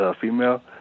female